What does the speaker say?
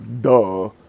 Duh